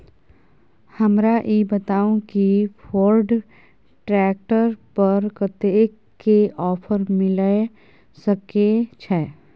हमरा ई बताउ कि फोर्ड ट्रैक्टर पर कतेक के ऑफर मिलय सके छै?